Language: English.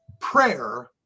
prayer